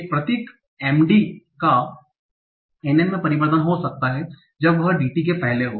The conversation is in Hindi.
एक प्रतीक MD का NN में परिवर्तन हो सकता है जब वह DT के पहले हो